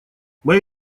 мои